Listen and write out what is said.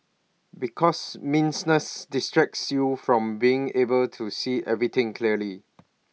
because messiness distracts you from being able to see everything clearly